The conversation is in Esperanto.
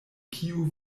kiu